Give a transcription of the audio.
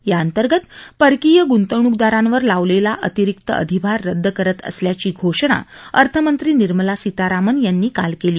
याअंतर्गत परिकीय गृंतवणूकदारांवर लावलेला अतिरिक्त अधिभार रद्द करत असल्याची घोषणा अर्थमंत्री निर्मला सीतारामन यांनी काल केली